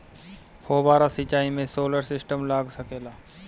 फौबारा सिचाई मै सोलर सिस्टम लाग सकेला?